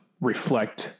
reflect